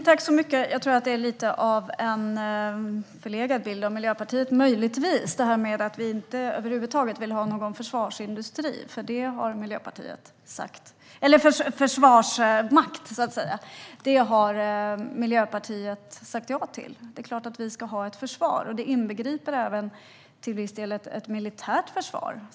Herr talman! Jag tror att det möjligtvis är lite av en förlegad bild av Miljöpartiet, detta att vi över huvud taget inte vill ha någon försvarsmakt. Det har Miljöpartiet sagt ja till. Det är klart att vi ska ha ett försvar, och det inbegriper även till viss del ett militärt försvar.